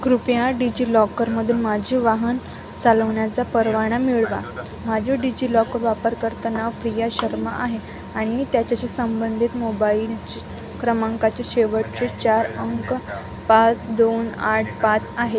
कृपया डिजि लॉकरमधून माझी वाहन चालवण्याचा परवाना मिळवा माझे डिजि लॉकर वापरकर्ता नाव प्रिया शर्मा आहे आणि त्याच्याशी संबंधित मोबाईलची क्रमांकाचे शेवटचे चार अंक पाच दोन आठ पाच आहे